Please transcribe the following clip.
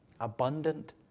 abundant